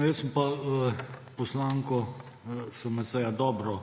Jaz sem pa poslanko SMC dobro